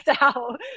out